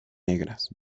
negras